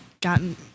gotten